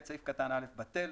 סעיף קטן (א) בטל.